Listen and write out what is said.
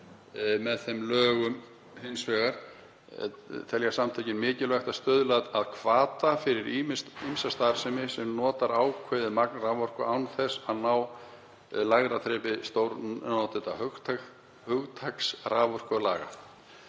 með þeim lögum. Hins vegar telja samtökin mikilvægt að stuðla að hvata fyrir ýmsa starfsemi, sem notar ákveðið magn raforku án þess að ná lægra þrepi stórnotendahugtaks raforkulaga,